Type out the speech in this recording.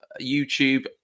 YouTube